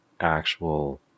actual